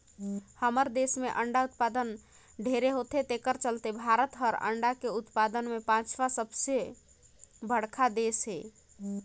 हमर देस में अंडा उत्पादन ढेरे होथे तेखर चलते भारत हर अंडा के उत्पादन में पांचवा सबले बड़खा देस हे